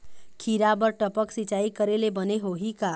खिरा बर टपक सिचाई करे ले बने होही का?